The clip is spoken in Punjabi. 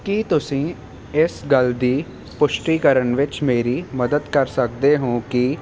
ਕੀ ਤੁਸੀਂ ਇਸ ਗੱਲ ਦੀ ਪੁਸ਼ਟੀ ਕਰਨ ਵਿੱਚ ਮੇਰੀ ਮਦਦ ਕਰ ਸਕਦੇ ਹੋ ਕਿ